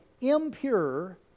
impure